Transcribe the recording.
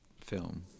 film